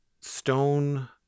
stone